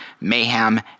mayhem